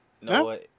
No